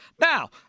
Now